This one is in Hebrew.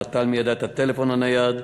נטל מידה את הטלפון הנייד,